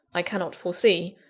i cannot foresee.